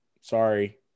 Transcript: sorry